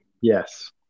Yes